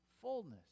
fullness